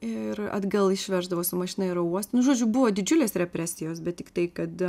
ir atgal išveždavo su mašina į oro uostą nu žodžiu buvo didžiulės represijos bet tiktai kad